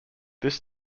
this